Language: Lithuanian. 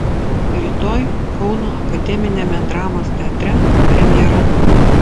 rytoj kauno akademiniame dramos teatre premjera